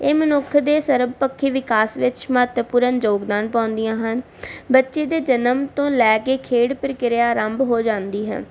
ਇਹ ਮਨੁੱਖ ਦੇ ਸਰਬ ਪੱਖੀ ਵਿਕਾਸ ਵਿੱਚ ਮਹੱਤਵਪੂਰਨ ਯੋਗਦਾਨ ਪਾਉਂਦੀਆਂ ਹਨ ਬੱਚੇ ਦੇ ਜਨਮ ਤੋਂ ਲੈ ਕੇ ਖੇਡ ਪ੍ਰਕਿਰਿਆ ਆਰੰਭ ਹੋ ਜਾਂਦੀ ਹੈ